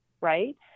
right